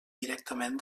directament